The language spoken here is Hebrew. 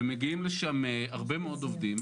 ומגיעים לשם הרבה מאוד עובדים.